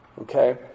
Okay